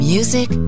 Music